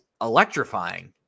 electrifying